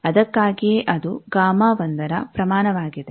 ಅದಕ್ಕಾಗಿಯೇ ಅದು Γ1 ನ ಪ್ರಮಾಣವಾಗಿದೆ